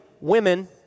women